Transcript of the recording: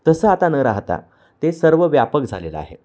तसं आता न राहता ते सर्वव्यापक झालेलं आहे